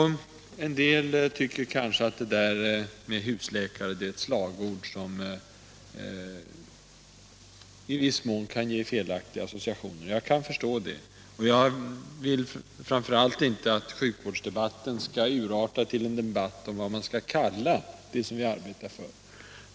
Många tycker kanske att detta med husläkare är ett slagord som kan ge felaktiga associationer. Jag kan förstå det. Och jag vill verkligen inte att sjukvårdsdebatten skall urarta till en debatt om vad vi skall kalla det som vi arbetar för.